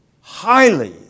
highly